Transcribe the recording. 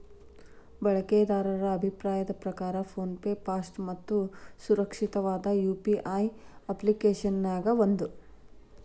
ಬಳಕೆದಾರರ ಅಭಿಪ್ರಾಯದ್ ಪ್ರಕಾರ ಫೋನ್ ಪೆ ಫಾಸ್ಟ್ ಮತ್ತ ಸುರಕ್ಷಿತವಾದ ಯು.ಪಿ.ಐ ಅಪ್ಪ್ಲಿಕೆಶನ್ಯಾಗ ಒಂದ